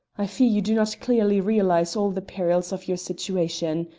i fear you do not clearly realise all the perils of your situation.